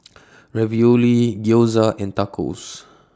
Ravioli Gyoza and Tacos